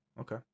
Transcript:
okay